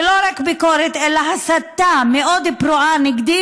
ולא רק ביקורת אלא הסתה מאוד פרועה נגדי,